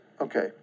okay